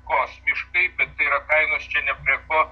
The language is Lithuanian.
kosmiškai bet tai yra kainos čia ne prie ko